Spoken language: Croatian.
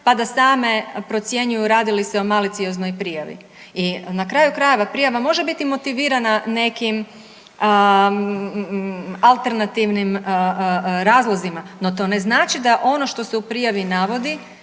pa da same procjenjuju radi li se o malicioznoj prijavi. I na kraju krajeva prijava može biti motivirana nekim alternativnim razlozima, no to ne znači da ono što se u prijavi navodi